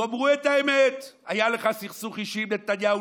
תאמרו את האמת: היה לך סכסוך אישי עם נתניהו,